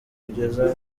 kugeza